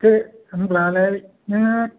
दे होनब्लालाय नोङो